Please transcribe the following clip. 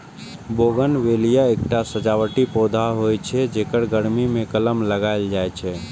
bougainvillea एकटा सजावटी पौधा होइ छै, जेकर गर्मी मे कलम लगाएल जाइ छै